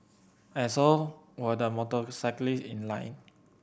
and so were the motorcyclist in line